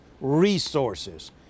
resources